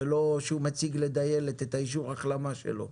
ולא שהוא מציג לדיילת את אישור ההחלמה שלו.